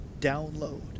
download